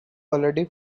already